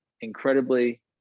incredibly